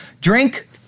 drink